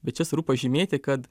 bet čia svarbu pažymėti kad